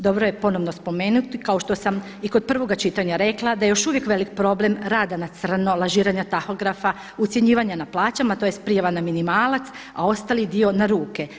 Dobro je ponovno spomenuti kao što sam i kod prvoga čitanja rekla da je još uvijek velik problem rada na crno, lažiranja tahografa, ucjenjivanje na plaćama tj. prijava na minimalac, a ostali dio na ruke.